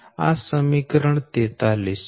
આ સમીકરણ 43 છે